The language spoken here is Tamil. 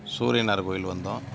சூரியனார் கோவில் வந்தோம்